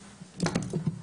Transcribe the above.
הסבה, השחזה.